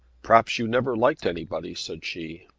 perhaps you never liked anybody, said she.